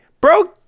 Bro